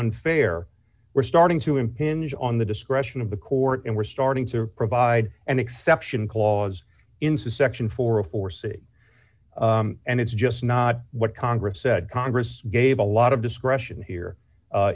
unfair we're starting to impinge on the discretion of the court and we're starting to provide an exception clause into section four of foresee and it's just not what congress said congress gave a lot of discretion here